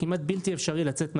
זה כמעט בלתי אפשרי לצאת מהבנק,